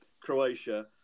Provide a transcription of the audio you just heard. Croatia